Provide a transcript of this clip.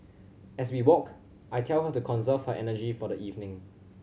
as we walk I tell her to conserve her energy for the evening